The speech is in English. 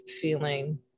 feeling